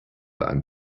ein